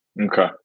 Okay